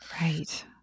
Right